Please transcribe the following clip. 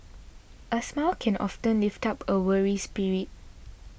a smile can often lift up a weary spirit